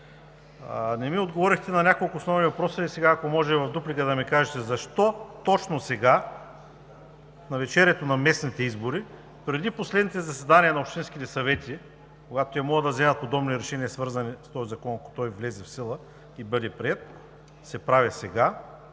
Не ми отговорихте на няколко основни въпроса. Ако може да има дуплика, да ми кажете: защо се прави точно в навечерието на местните избори, преди последните заседания на общинските съвети, когато те могат да вземат удобни решения, свързани с този закон, ако той влезе в сила и бъде приет, а не